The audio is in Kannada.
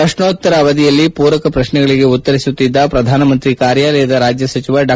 ಪ್ರಶ್ನೋತ್ತರ ಅವಧಿಯಲ್ಲಿ ಪೂರಕ ಪ್ರಶ್ನೆಗಳಿಗೆ ಉತ್ತರಿಸುತ್ತಿದ್ದ ಪ್ರಧಾನಮಂತ್ರಿ ಕಾರ್ಯಾಲಯದ ರಾಜ್ಯ ಸಚಿವ ಡಾ